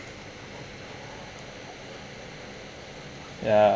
ya